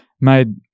made